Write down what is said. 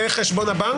פותח חשבון בנק?